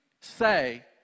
say